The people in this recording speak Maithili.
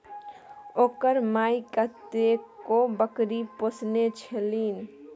ओकर माइ कतेको बकरी पोसने छलीह